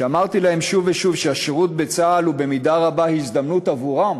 שאמרתי להם שוב ושוב שהשירות בצה"ל הוא במידה רבה הזדמנות עבורם